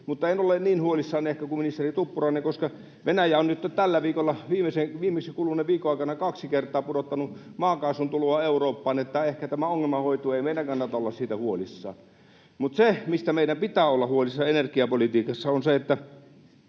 mutta en ole niin huolissani ehkä kuin ministeri Tuppurainen, koska Venäjä on nyt viimeksi kuluneen viikon aikana kaksi kertaa pudottanut maakaasun tuloa Eurooppaan, niin että ehkä tämä ongelma hoituu eikä meidän kannata olla siitä huolissamme. Mutta se, mistä meidän pitää olla huolissamme energiapolitiikassa, on se, että